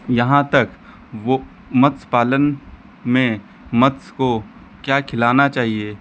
यहाँ तक वह मत्स्य पालन में मत्स्य को क्या खिलाना चाहिए